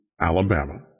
Alabama